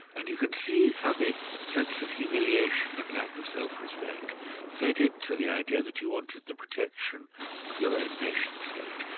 and you can see how the sense of humiliation and lack of self respect fed into the idea that you wanted the protection of your own nation-state.